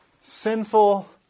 Sinful